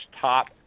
top